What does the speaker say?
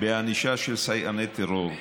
בענישה של סייעני טרור,